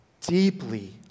deeply